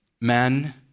Men